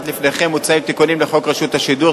לפניכם מוצעים תיקונים לחוק רשות השידור,